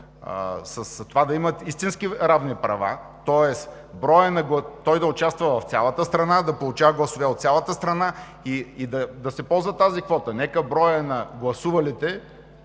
хора да имат истински равни права, тоест той да участва в цялата страна, да получава гласове от цялата страна и да се ползва тази квота. Нека броят на гласувалите